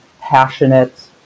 passionate